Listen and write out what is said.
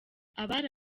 abari